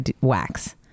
wax